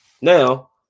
Now